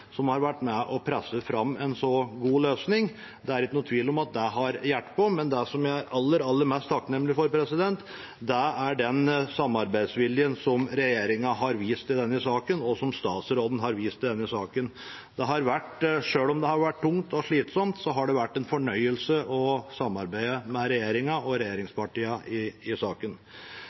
som har vært med på å presse fram en så god løsning. Det er ingen tvil om at det har hjulpet. Men det jeg er aller, aller mest takknemlig for, er den samarbeidsviljen som regjeringen og statsråden har vist i denne saken. Selv om det har vært tungt og slitsomt, har det vært en fornøyelse å samarbeide med regjeringen og regjeringspartiene i saken. Som jeg sa, dreier dette seg om hensynet til enkeltmennesker, og det som har opptatt Fremskrittspartiet mest i saken,